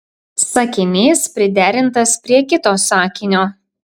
sakinys priderintas prie kito sakinio